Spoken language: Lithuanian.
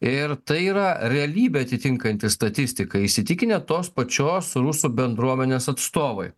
ir tai yra realybę atitinkanti statistika įsitikinę tos pačios rusų bendruomenės atstovai